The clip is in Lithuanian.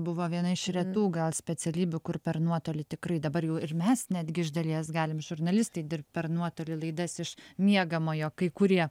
buvo viena iš retų gal specialybių kur per nuotolį tikrai dabar jau ir mes netgi iš dalies galim žurnalistai dirbt per nuotolį laidas iš miegamojo kai kurie